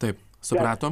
taip supratom